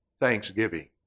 Thanksgiving